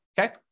okay